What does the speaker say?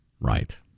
right